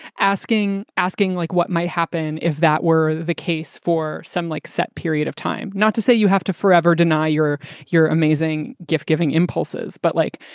asking, asking, like what might happen if that were the case for some, like, set period of time. not to say you have to forever deny your your amazing gift giving impulses. but like,